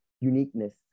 uniqueness